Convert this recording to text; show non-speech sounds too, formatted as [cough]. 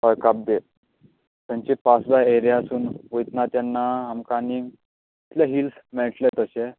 हय काब्दे थंयची [unintelligible] एरियासून वयता तेन्ना आमकां आनीक कितले हिल्स मेळटले तशें